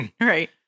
right